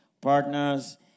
Partners